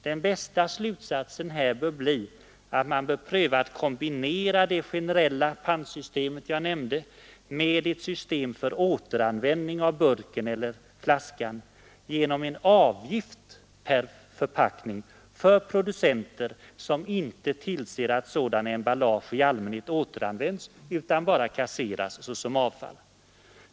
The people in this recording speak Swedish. Den bästa slutsatsen här bör bli att man bör pröva att kombinera det generella pantsystem jag nämnde med ett system för återanvändning av burken eller flaskan genom en avgift per förpackning för producenter som trots att alternativ finns inte använder sådana emballage som i allmänhet återanvänds.